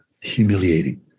humiliating